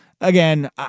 again